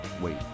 Wait